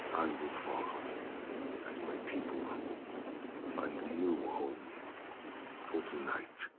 i will follow as my people find a new home for tonight.